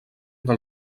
del